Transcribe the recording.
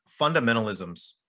fundamentalisms